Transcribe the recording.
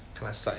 too much sai